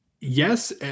yes